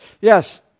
Yes